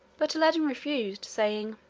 but aladdin refused, saying,